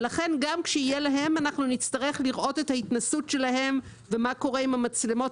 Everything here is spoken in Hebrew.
ולכן גם כשיהיה להם אנחנו נצטרך לראות את ההתנסות שלהם ומה קורה עם המצלמות